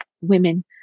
women